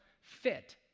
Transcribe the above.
fit